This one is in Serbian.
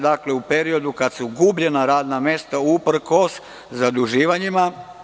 Dakle, u periodu kada su gubljena radna mesta, uprkos zaduživanjima.